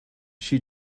she